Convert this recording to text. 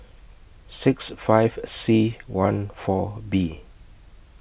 six five C one four B